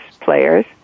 players